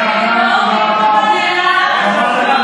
זה מה שקיים במדינה הזאת.